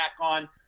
on